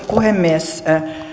puhemies